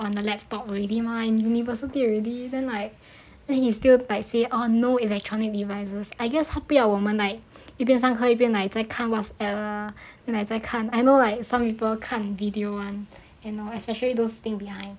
on the laptop already mah university already then like then he still like say um no electronic devices I guess 他不要我们一边上课一边 like 在看 Whatsapp err and then 还在看 I know like some people 看 video [one] and know especially those sitting behind